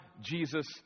Jesus